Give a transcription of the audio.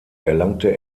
erlangte